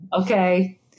Okay